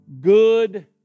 good